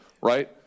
right